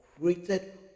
created